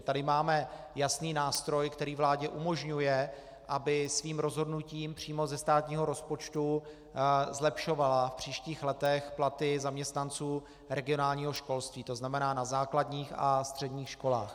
Tady máme jasný nástroj, který vládě umožňuje, aby svým rozhodnutím přímo ze státního rozpočtu zlepšovala v příštích letech platy zaměstnanců regionálního školství, to znamená na základních a středních školách.